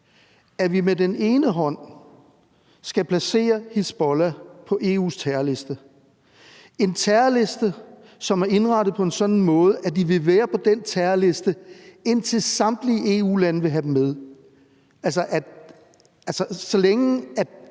at vi med den ene hånd skal placere Hizbollah på EU's terrorliste – en terrorliste, som er indrettet på en sådan måde, at de vil være på den terrorliste, indtil samtlige EU-lande vil have dem af